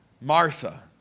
Martha